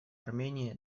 армении